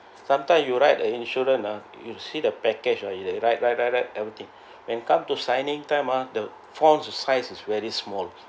sometime you write the insurance ah you see the package ah you write write write write everything when come to signing time ah the fonts of size is very small